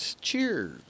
Cheers